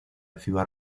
ciudad